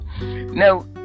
Now